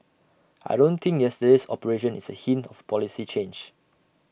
I don't think yesterday's operation is A hint of A policy change